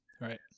right